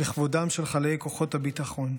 בכבודם של חללי כוחות הביטחון,